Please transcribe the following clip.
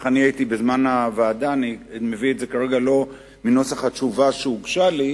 אני מביא את זה כרגע לא מנוסח התשובה שהוגשה לי,